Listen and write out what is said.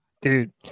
Dude